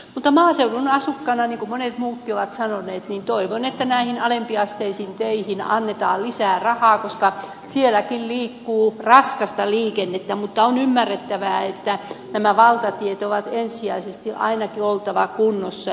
mutta maaseudun asukkaana niin kuin monet muutkin ovat sanoneet toivon että näihin alempiasteisiin teihin annetaan lisää rahaa koska sielläkin liikkuu raskasta liikennettä mutta on ymmärrettävää että näiden valtateiden on ensisijaisesti ainakin oltava kunnossa